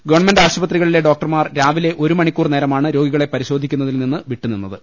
government ആശുപത്രികളിലെ ഡോക്ടർമാർ രാവിലെ ഒരുമണിക്കൂർ നേരമാണ് രോഗികളെ പരിശോധിക്കുന്നതിൽ നിന്ന് വിട്ടുനിന്നത്